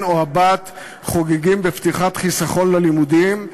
או הבת חוגגים בפתיחת חיסכון ללימודים,